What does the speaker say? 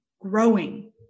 growing